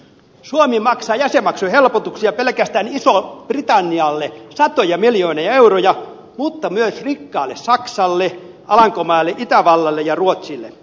suomi maksaa jäsenmaksuhelpotuksia pelkästään isolle britannialle satoja miljoonia euroja mutta myös rikkaalle saksalle alankomaille itävallalle ja ruotsille